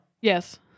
Yes